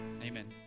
Amen